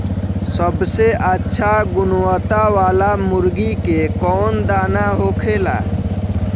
सबसे अच्छा गुणवत्ता वाला मुर्गी के कौन दाना होखेला?